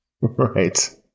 Right